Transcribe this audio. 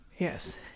Yes